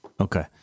Okay